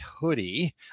hoodie